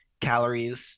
calories